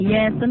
Yes